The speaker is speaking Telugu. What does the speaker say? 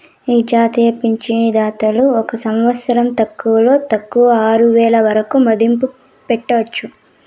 ఈ జాతీయ పింఛను చందాదారులు ఒక సంవత్సరంల తక్కువలో తక్కువ ఆరువేల వరకు మదుపు పెట్టొచ్చు